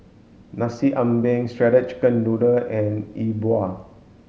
Nasi Ambeng shredded chicken noodle and E Bua